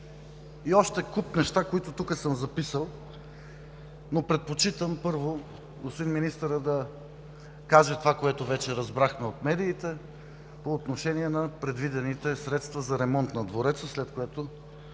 И още куп неща, които съм записал тук, но предпочитам първо господин министъра да каже това, което вече разбрахме от медиите, по отношение на предвидените средства за ремонт на двореца, след което